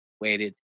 waited